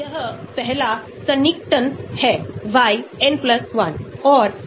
इसका मतलब क्या है न्यूट्रल रूप आयनियन रूप से अधिक स्थिर है